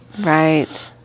Right